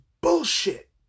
bullshit